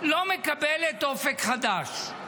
לא מקבלת אופק חדש?